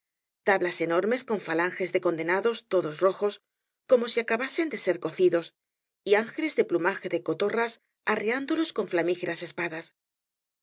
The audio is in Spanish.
tablas enormes con falanges de conde nados todos rojos como si acabasen de ser cocí dos y ángeles de plumaje de cotorras arreándolos con flamígeras espadas